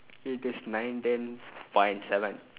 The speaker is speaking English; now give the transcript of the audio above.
it is nineteen point seven